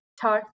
talk